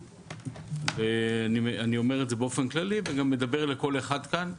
אני אומר את זה באופן כללי וגם מדבר לכל אחד כאן,